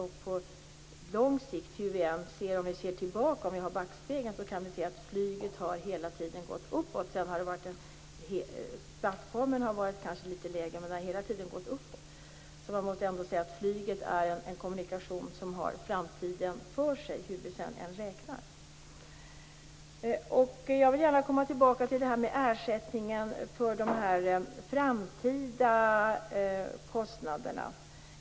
Om vi tittar tillbaka i tiden kan vi se att flyget hela tiden har ökat. Plattformen kanske har varit litet lägre, men det har hela tiden ökat. Man måste därför ändå säga att flyget är ett kommunikationsmedel som har framtiden för sig hur vi än räknar. Jag vill gärna komma tillbaka till det som har sagts om ersättningen för de framtida kostnaderna.